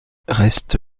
reste